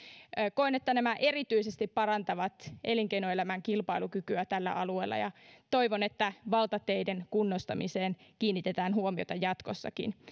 koen että nämä erityisesti parantavat elinkeinoelämän kilpailukykyä tällä alueella ja toivon että valtateiden kunnostamiseen kiinnitetään huomiota jatkossakin